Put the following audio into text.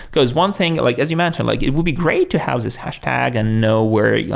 because one thing, like as you mentioned, like it will be great to have this hash tag and know where yeah